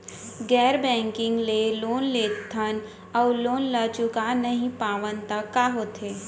गैर बैंकिंग ले लोन लेथन अऊ लोन ल चुका नहीं पावन त का होथे?